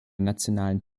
nationalen